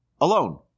alone